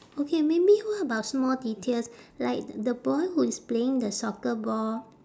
okay maybe what about small details like the boy who is playing the soccer ball